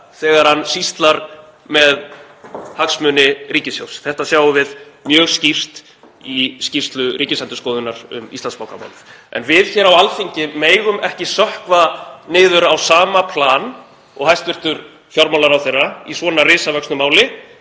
þegar hann sýslar með hagsmuni ríkissjóðs, þetta sjáum við mjög skýrt í skýrslu Ríkisendurskoðunar um Íslandsbankamálið, en við hér á Alþingi megum ekki sökkva niður á sama plan og hæstv. fjármálaráðherra í svona risavöxnu máli.